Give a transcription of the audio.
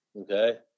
Okay